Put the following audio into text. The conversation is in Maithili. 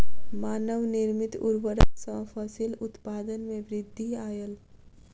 मानव निर्मित उर्वरक सॅ फसिल उत्पादन में वृद्धि आयल